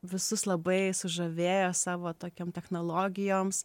visus labai sužavėjo savo tokiom technologijoms